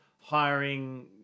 hiring